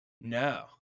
No